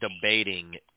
debating